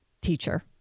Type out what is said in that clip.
teacher